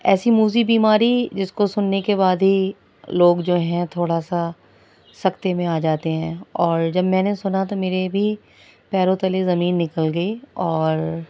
ایسی موذی بیماری جس کو سننے کے بعد ہی لوگ جو ہیں تھوڑا سا سکتے میں آ جاتے ہیں اور جب میں نے سنا تو میرے بھی پیروں تلے زمین نکل گئی اور